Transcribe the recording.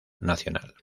nacional